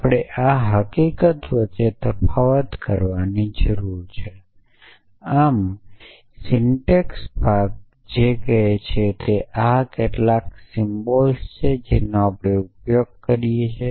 આપણે આ હકીકત વચ્ચે તફાવત કરવાની જરૂર છે આમ સિન્ટેક્સ ભાગ જે કહે છે કે આ કેટલાક સિમ્બલ્સ છે જેનો આપણે ઉપયોગ કરીએ છીએ